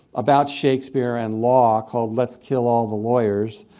about shakespeare and law, called let's kills all the lawyers